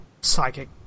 psychic